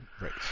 Right